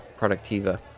productiva